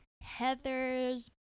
heather's